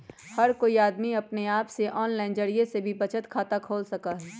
हर कोई अमदी अपने आप से आनलाइन जरिये से भी बचत खाता खोल सका हई